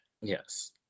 Yes